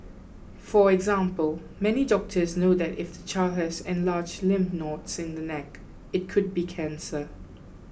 for example many doctors know that if the child has enlarged lymph nodes in the neck it could be cancer